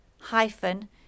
hyphen